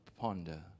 ponder